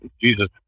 Jesus